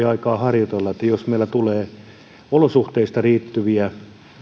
aikaa harjoitella sitä jos meillä tulee olosuhteisiin liittyviä